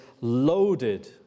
loaded